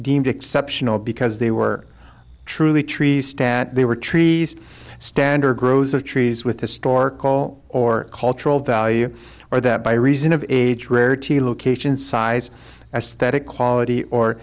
deemed exceptional because they were truly trees stat they were trees standard grows of trees with historical or cultural value or that by reason of age rarity location size aesthetic quality or